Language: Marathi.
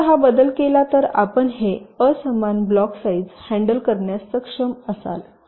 फक्त जर हा बदल केला तर आपण हे असमान ब्लॉक साईज हॅण्डल करण्यास सक्षम असाल